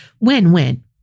Win-win